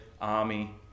army